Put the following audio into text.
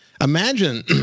Imagine